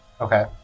Okay